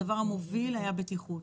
הדבר המוביל היה בטיחות.